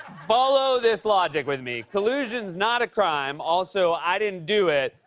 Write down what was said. follow this logic with me. collusion's not a crime. also, i didn't do it.